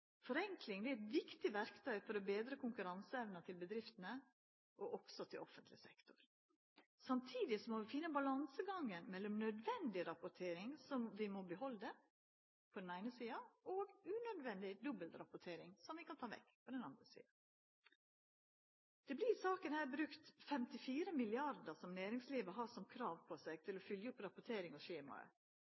Forenkling er eit viktig verktøy for å betra konkurranseevnen til bedriftene og også til offentleg sektor. Samtidig må vi finna ein balansegang mellom nødvendig rapportering på den eine sida, som vi må behalda, og unødvendig dobbelrapportering på den andre sida, som vi kan ta vekk. I denne saka brukar ein 54 mrd kr, som næringslivet har som krav på seg til å følgje opp rapportering